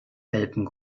welpen